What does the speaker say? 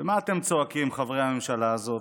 ומה אתם צועקים, חברי הממשלה הזאת,